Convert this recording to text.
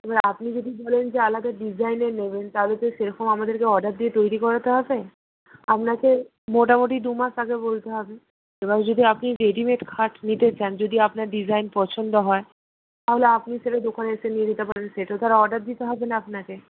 এবার আপনি যদি বলেন যে আলাদা ডিজাইনের নেবেন তাহলে তো সেরকম আমাদেরকে অর্ডার দিয়ে তৈরি করাতে হবে আপনাকে মোটামুটি দুমাস আগে বলতে হবে এবার যদি আপনি রেডিমেড খাট নিতে চান যদি আপনার ডিজাইন পছন্দ হয় তাহলে আপনি সেটা দোকানে এসে নিয়ে যেতে পারেন সেটা তো আর অর্ডার দিতে হবে না আপনাকে